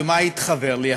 ומה התחוור לי?